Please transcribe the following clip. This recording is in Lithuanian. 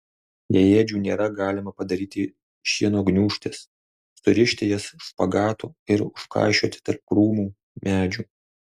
jei ėdžių nėra galima padaryti šieno gniūžtes surišti jas špagatu ir užkaišioti tarp krūmų medžių